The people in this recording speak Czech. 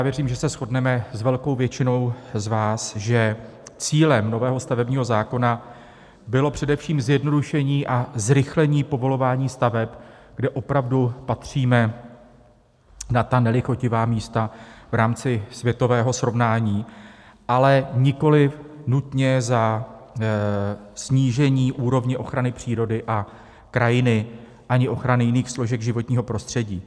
Věřím, že se shodneme s velkou většinou z vás, že cílem nového stavebního zákona bylo především zjednodušení a zrychlení povolování staveb, kde opravdu patříme na nelichotivá místa v rámci světového srovnání, ale nikoliv nutně za snížení úrovně ochrany přírody a krajiny ani ochrany jiných složek životního prostředí.